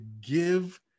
give